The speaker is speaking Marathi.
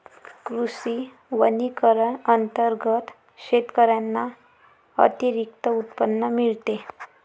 कृषी वनीकरण अंतर्गत शेतकऱ्यांना अतिरिक्त उत्पन्न मिळते